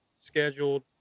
scheduled